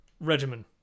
regimen